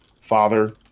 father